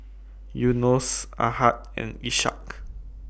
Yunos Ahad and Ishak